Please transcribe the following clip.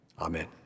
Amen